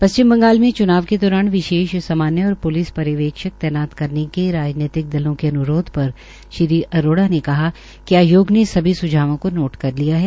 पश्चिम बंगाल में च्नाव अधिकारी विशेष सामान्य और प्लिस पर्यवेक्षक तैनात करने के राजनैतिक दलों के अन्रोध पर श्री अरोड़ा ने कहा कि आयोग ने सभी स्झावों को नोट कर लिया है